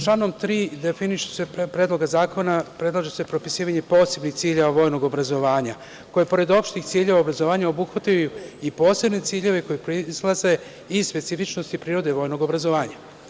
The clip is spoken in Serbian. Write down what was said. Članom 3. Predloga zakona predlaže se propisivanje posebnih ciljeva vojnog obrazovanja, koji pored opštih ciljeva obrazovanja obuhvataju i posebne ciljeve koji proizilaze iz specifičnosti prirode vojnog obrazovanja.